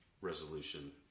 resolution